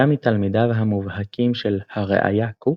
היה מתלמידיו המובהקים של הראי"ה קוק,